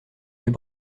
yeux